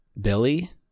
Billy